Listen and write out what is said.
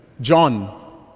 John